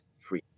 free